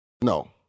No